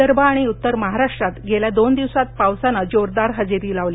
विदर्भ आणि उत्तर महाराष्ट्रात गेल्या दोन दिवसात पावसानं जोरदार हजेरी लावली